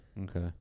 Okay